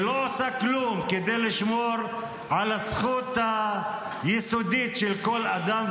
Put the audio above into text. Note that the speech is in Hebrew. ולא עושה כלום כדי לשמור על הזכות היסודית של כל אדם,